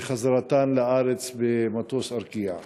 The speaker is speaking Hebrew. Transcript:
בחזרתן לארץ במטוס "ארקיע".